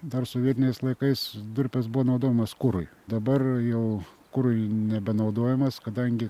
dar sovietiniais laikais durpės buvo naudojamos kurui dabar jau kurui nebenaudojamas kadangi